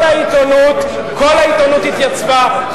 כל העיתונות התייצבה,